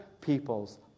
people's